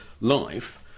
life